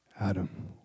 Adam